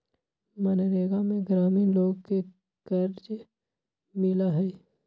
मनरेगा में ग्रामीण लोग के कार्य मिला हई